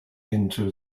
into